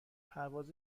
پرواز